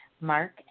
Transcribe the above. Mark